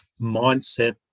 mindset